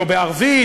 או בערבית,